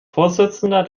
vorsitzender